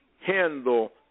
handle